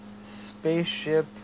Spaceship